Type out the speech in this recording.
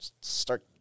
start